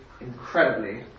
incredibly